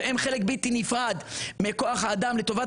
שהם חלק בלתי נפרד מכוח האדם לטובת